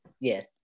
yes